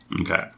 Okay